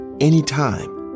Anytime